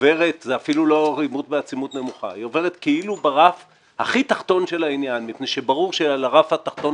עוברת כאילו ברף הכי תחתון של העניין מפני שברור שעל הרף התחתון